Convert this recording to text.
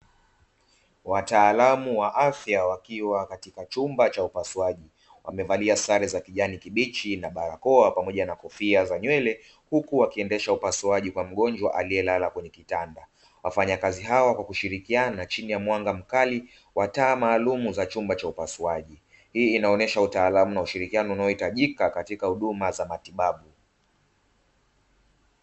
Wataalamu wa afya wakiwa katika chumba cha upasuaji, wamevalia sare za kijani kibichi na barakoa pamoja na kofia za nywele, huku wakiendesha upasuaji kwa mgonjwa aliyelala kwenye kitanda. Wafanyakazi hawa wanashirikiana chini ya mwanga mkali wa taa maalumu za chumba cha upasuaji. Hii inaonyesha utaalamu na ushirikiano unaohitajika katika huduma za matibabu.